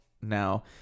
now